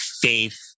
faith